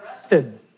arrested